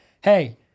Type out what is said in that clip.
hey